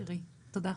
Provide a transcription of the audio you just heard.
תודה יקירי, תודה.